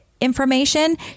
information